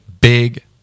big